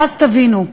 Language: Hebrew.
ואז תבינו: